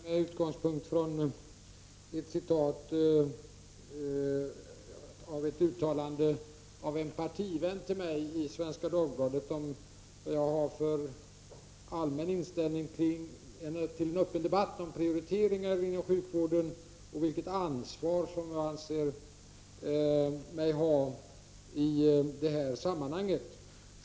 Herr talman!